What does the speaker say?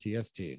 tst